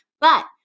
But-